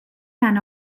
can